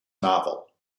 novel